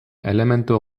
elementu